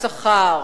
העלאת השכר